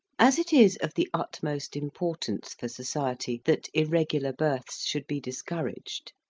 as it is of the utmost importance for society that irregular births should be discouraged,